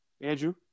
Andrew